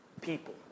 people